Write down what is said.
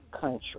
country